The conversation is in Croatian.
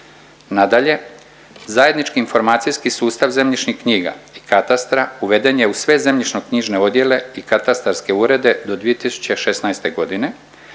Nadalje, zajednički informacijski sustav zemljišnih knjiga, katastra uveden je u sve zemljišno-knjižne odjele i katastarske urede do 2016. godine